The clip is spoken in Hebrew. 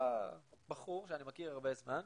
בא בחור שאני מכיר הרבה זמן,